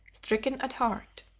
stricken at heart.